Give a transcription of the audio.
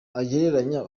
agereranya